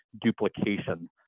duplication